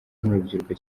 n’urubyiruko